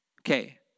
Okay